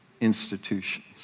institutions